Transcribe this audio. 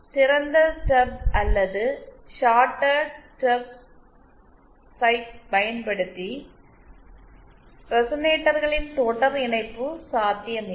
திறந்த ஸ்டப் அல்லது ஷார்டட் ஸ்டப்ஸைப் பயன்படுத்தி ரெசனேட்டர்களின் தொடர் இணைப்பு சாத்தியமில்லை